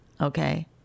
Okay